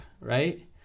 Right